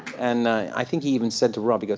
and i think he even said to rob, you know